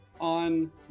on